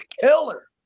killer